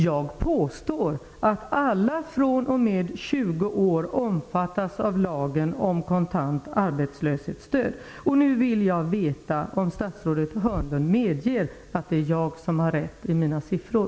Jag påstår att alla fr.o.m. 20 års ålder omfattas av lagen om kontant arbetslöshetsstöd. Nu vill jag veta om statsrådet Hörnlund medger att det är jag som har rätt i mina siffror.